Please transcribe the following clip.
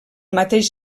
mateix